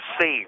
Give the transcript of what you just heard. save